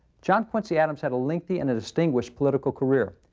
john quincy adams had a lengthy and distinguished political career.